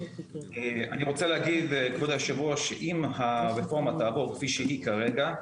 אני רוצה להגיד כבוד היו"ר שאם הרפורמה תעבור כפי שהיא כרגע,